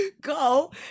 go